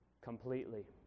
completely